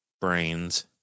brains